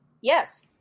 Yes